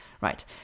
right